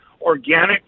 organic